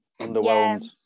underwhelmed